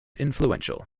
influential